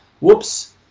whoops